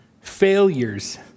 failures